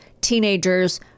teenagers